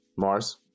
Mars